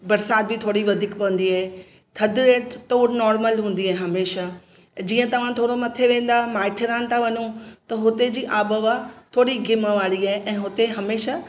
बरसाति बि थोरी वधीक पवंदी आहे थधि ऐ थ त नॉरमल हूंदी आहे हमेशह जीअं तव्हां थोरो मथे वेंदा माइथेरान था वञो त हुते जी आबहवा थोरी घीम वारी आहे ऐं हुते हमेशह